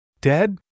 Dead